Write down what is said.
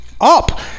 up